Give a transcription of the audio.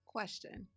question